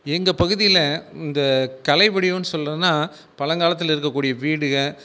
எங்கப் பகுதியில் இந்த கலை வடிவன்னு சொல்கிறதுன்னா பழங்காலத்தில் இருக்கக்கூடிய வீடுகள்